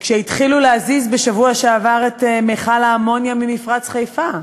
כשהתחילו להזיז בשבוע שעבר את מכל האמוניה ממפרץ חיפה,